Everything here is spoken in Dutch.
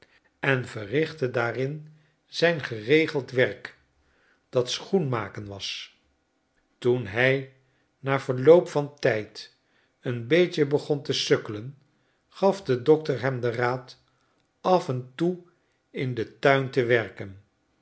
en verrichtte daarin zijn geregeld werk dat schoenmaken was toen hy na verloop van dien tfld een beetje begon te sukkelen gaf de dokter hem den raad af en toe in den tuin tewerkenjen